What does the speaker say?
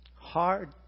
Hard